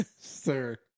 Sir